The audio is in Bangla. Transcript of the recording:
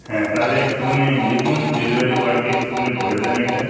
হ্যাঁ তাহলে একটুখানি লিখুন ডেলিভারি বয়কে একটুখানি বলে দেন ওইটা